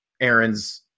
Aaron's